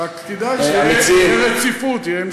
רק כדאי שתהיה רציפות, תהיה המשכיות.